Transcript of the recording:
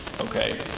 okay